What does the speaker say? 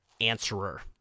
answerer